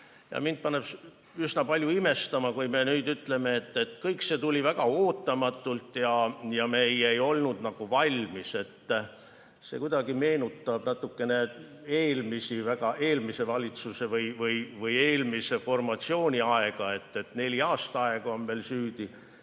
mind paneb üsna palju imestama, kui me nüüd ütleme, et kõik see tuli väga ootamatult ja me ei olnud valmis. See kuidagi meenutab natukene eelmise formatsiooni aega: neli aastaaega on meil süüdi.